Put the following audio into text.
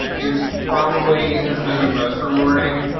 is probably has been the most rewarding,